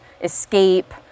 escape